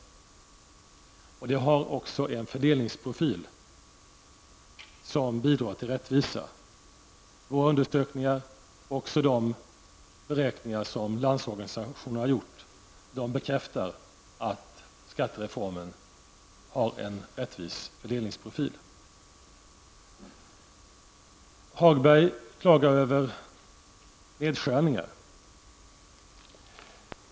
Skattesystemet har också en fördelningsprofil som bidrar till rättvisa. Våra undersökningar och de beräkningar som landsorganisationen har gjort bekräftar att skattereformen har en rättvis fördelningsprofil. Hagberg klagar över nedskärningar.